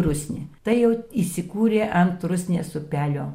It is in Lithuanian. rusnė tai jau įsikūrė ant rusnės upelio